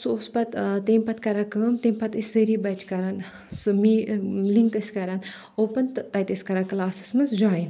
سُہ اوس پَتہٕ تمہِ پَتہٕ کَران کٲم تمہِ پَتٕہ ٲسۍ سٲری بَچہِ کَران سُہ می سُہ لِنک ٲسۍ کَران اوپُن تہٕ تَتہِ ٲسۍ کَران کلاسس منز جایِن